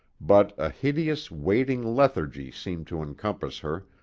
but a hideous, waiting lethargy seemed to encompass her,